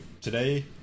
today